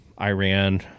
Iran-